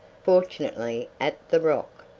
fortunately at the rock,